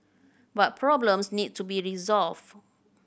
but problems need to be resolved